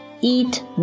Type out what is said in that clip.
Eat